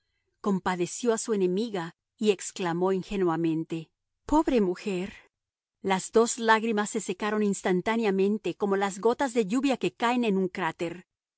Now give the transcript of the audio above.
compadeció a su enemiga y exclamó ingenuamente pobre mujer las dos lágrimas se secaron instantáneamente como las gotas de lluvia que caen en un cráter